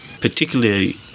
particularly